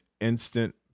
instant